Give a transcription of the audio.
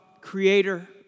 creator